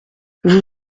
vous